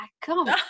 come